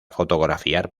fotografiar